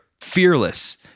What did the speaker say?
fearless